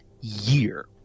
year